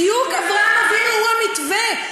בדיוק, אברהם אבינו הוא המתווה.